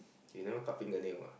you never cut fingernail ah